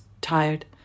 tired